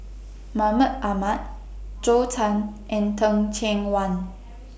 Mahmud Ahmad Zhou Can and Teh Cheang Wan